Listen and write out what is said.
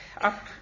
up